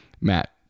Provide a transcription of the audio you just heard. Matt